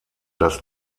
das